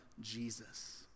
Jesus